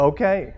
Okay